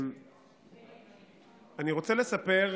מספיק.